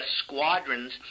squadrons